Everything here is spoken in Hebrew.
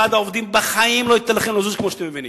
ועד העובדים בחיים לא ייתן לכם לזוז כמו שאתם מבינים.